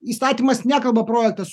įstatymas nekalba projektas